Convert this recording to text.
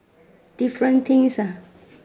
different things ah